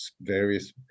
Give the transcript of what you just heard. various